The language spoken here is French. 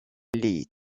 les